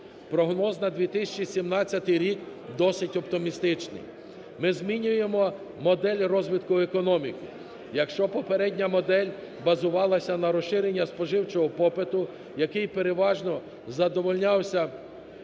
Прогноз на 2017 рік досить оптимістичний. Ми змінюємо модель розвитку економіки. Якщо попередня модель базувалася на розширення споживчого попиту, який переважно задовольнявся